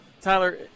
Tyler